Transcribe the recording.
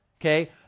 okay